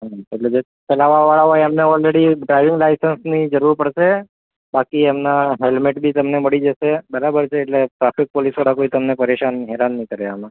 હમ્મ એટલે જે ચલાવવાળા હોય એમને ઓલરેડી ડ્રાઇવિંગ લાઇસન્સની જરૂર પડશે બાકી એમના હેલમેટ બી તમને મળી જશે બરાબર છે એટલે ટ્રાફિક પોલીસવાળા કોઈ તમને પરેશાન હેરાન નહીં કરે આમાં